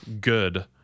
good